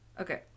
Okay